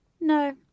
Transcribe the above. No